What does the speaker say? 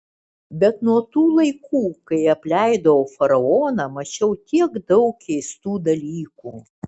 bet nuo tų laikų kai apleidau faraoną mačiau tiek daug keistų dalykų